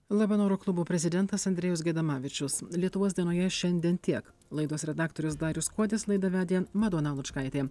labanoro klubo prezidentas andrejus gaidamavičius lietuvos dienoje šiandien tiek laidos redaktorius darius kuodis laidą vedė madona lučkaitė